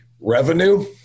Revenue